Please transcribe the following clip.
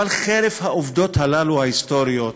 אבל, חרף העובדות ההיסטוריות הללו,